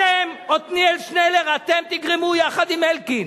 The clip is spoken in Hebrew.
עתניאל שנלר, אתם תגרמו, יחד עם אלקין,